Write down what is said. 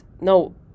no